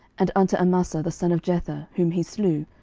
and unto amasa the son of jether, whom he slew,